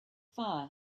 fire